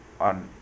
on